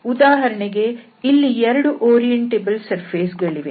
ಉದಾಹರಣೆಗೆ ಇಲ್ಲಿ ಎರಡು ಓರಿಯಂಟೇಬಲ್ ಸರ್ಫೇಸ್ ಗಳಿವೆ